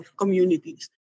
communities